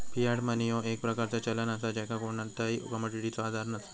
Fiat money ह्यो एक प्रकारचा चलन असा ज्याका कोणताही कमोडिटीचो आधार नसा